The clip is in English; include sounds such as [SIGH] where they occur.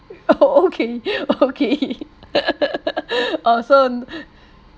oh okay [LAUGHS] okay orh so